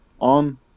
on